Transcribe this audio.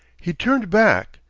he turned back,